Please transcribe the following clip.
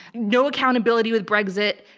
no accountability with brexit.